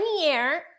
year